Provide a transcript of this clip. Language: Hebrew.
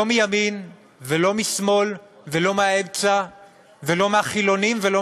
לא מימין ולא משמאל ולא מהאמצע ולא מהחילונים ולא